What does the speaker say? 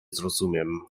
zrozumiem